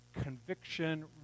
conviction